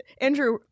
Andrew